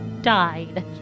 died